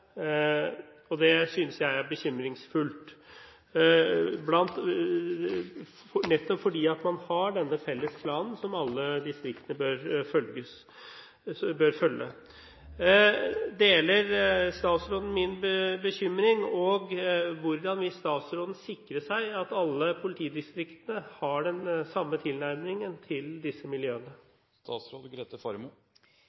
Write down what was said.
miljøene. Det synes jeg er bekymringsfullt, nettopp fordi man har denne felles planen, som alle distrikter bør følge. Deler statsråden min bekymring, og hvordan vil statsråden sikre seg at alle politidistriktene har den samme tilnærmingen til disse miljøene?